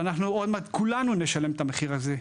אבל עוד מעט כולנו נשלם את המחיר הזה.